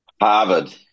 Harvard